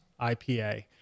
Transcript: IPA